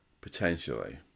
potentially